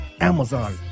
Amazon